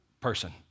person